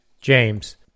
James